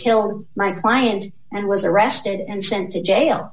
killed my client and was arrested and sent to jail